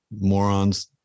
morons